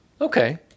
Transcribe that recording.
Okay